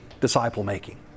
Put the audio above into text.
disciple-making